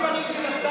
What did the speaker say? אני פניתי לשר,